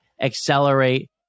accelerate